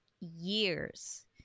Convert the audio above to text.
years